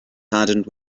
hardened